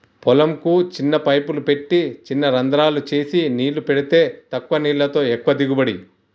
పొలం కు చిన్న పైపులు పెట్టి చిన రంద్రాలు చేసి నీళ్లు పెడితే తక్కువ నీళ్లతో ఎక్కువ దిగుబడి